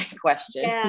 question